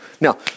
Now